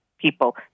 people